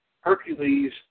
Hercules